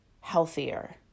healthier